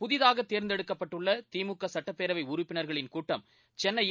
புதிதாக தேர்ந்தெடுக்கப்பட்டுள்ள திமுக சுட்டப்பேரவை உறுப்பினர்களின் கூட்டம் சென்னையில்